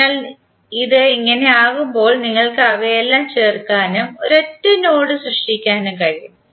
അതിനാൽ ഇത് ഇങ്ങനെയാകുമ്പോൾ നിങ്ങൾക്ക് അവയെല്ലാം ചേർക്കാനും ഒരൊറ്റ നോഡ് സൃഷ്ടിക്കാനും കഴിയും